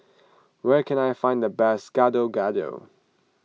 where can I find the best Gado Gado